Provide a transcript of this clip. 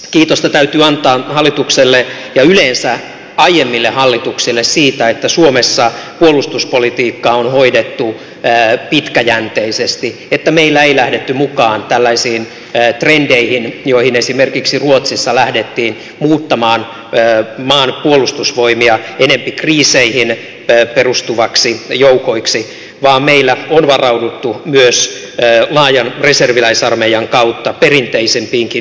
kiitosta täytyy antaa hallitukselle ja yleensä aiemmille hallituksille siitä että suomessa puolustuspolitiikkaa on hoidettu pitkäjänteisesti että meillä ei lähdetty mukaan tällaisiin trendeihin joihin esimerkiksi ruotsissa lähdettiin muuttamaan maan puolustusvoimia enempi kriiseihin perustuviksi joukoiksi vaan meillä on varauduttu myös laajan reserviläisarmeijan kautta perinteisempiinkin uhkiin